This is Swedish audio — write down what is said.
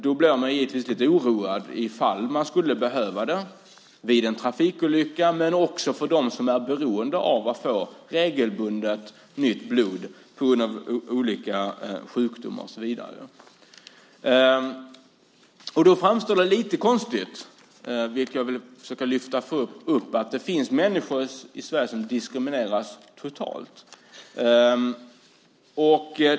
Då blir man givetvis lite oroad om man skulle behöva blod vid en trafikolycka. Det gäller också för dem som på grund av sjukdomar och liknande är beroende av att regelbundet få nytt blod. Då framstår det som lite konstigt att det finns människor i Sverige som diskrimineras totalt.